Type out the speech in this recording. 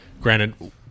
Granted